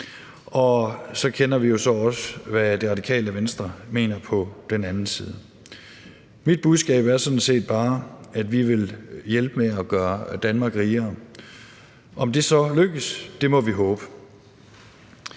Og vi ved så også, hvad Det Radikale Venstre mener. Mit budskab er sådan set bare, at vi vil hjælpe med at gøre Danmark rigere. Vi må så håbe, at det